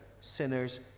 sinners